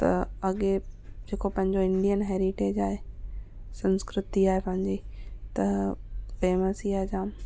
त अॻिए जेको पंहिंजो इंडियन हेरीटेज आहे संस्कृति आहे पंहिंजी त फ़ेमस ई आहे जाम